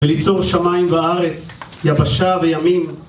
וליצור שמיים בארץ, יבשה וימים.